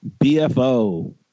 BFO